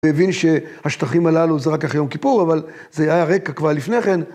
והבין שהשטחים הללו זה רק אחרי יום כיפור, אבל זה היה הרקע כבר לפני כן.